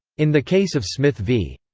in the case of smith v.